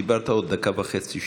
דיברת עוד דקה וחצי-שתיים,